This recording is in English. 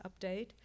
update